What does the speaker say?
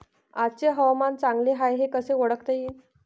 आजचे हवामान चांगले हाये हे कसे ओळखता येईन?